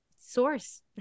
source